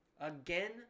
Again